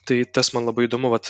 tai tas man labai įdomu vat